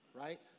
Right